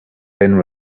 then